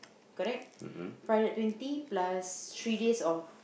correct four hundred twenty plus three days of